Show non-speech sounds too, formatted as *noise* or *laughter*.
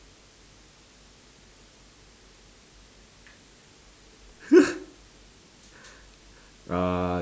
*laughs* err